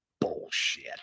bullshit